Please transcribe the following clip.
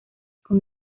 con